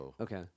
okay